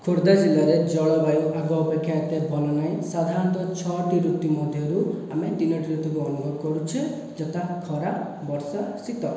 ଖୋର୍ଦ୍ଧା ଜିଲ୍ଲାରେ ଜଳବାୟୁ ଆଗ ଅପେକ୍ଷା ଏତେ ଭଲ ନାହିଁ ସାଧାରଣତଃ ଛଅଟି ଋତୁ ମଧ୍ୟରୁ ଆମେ ତିନୋଟି ଋତୁକୁ ଅନୁଭବ କରୁଛେ ଯଥା ଖରା ବର୍ଷା ଶୀତ